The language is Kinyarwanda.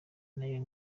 nayo